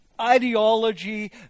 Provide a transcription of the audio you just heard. ideology